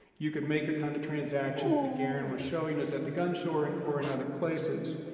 you could make the kind of transactions that garen was showing us at the gun show or in or in other places.